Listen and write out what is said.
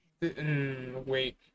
Wait